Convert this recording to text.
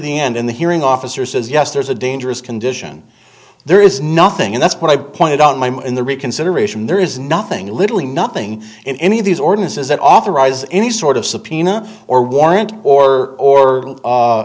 the end in the hearing officer says yes there's a dangerous condition there is nothing that's what i pointed out my in the reconsideration there is nothing literally nothing in any of these ordinances that authorize any sort of subpoena or warrant or or